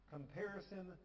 Comparison